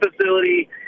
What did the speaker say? facility